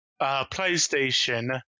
PlayStation